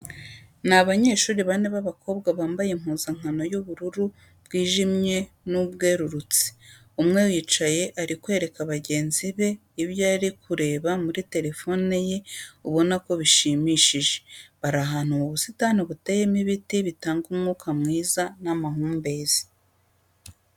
Ni abanyeshuri bane b'abakobwa bambaye impuzankano y'ubururu bwijimye n'ubwerurutse. Umwe wicaye ari kwereka bagenzi be ibyo yari ari kureba muri telefone ye ubona ko bishimishije. Bari ahantu mu busitani buteyemo ibiti bitanga umwuka mwiza n'amahumbezi.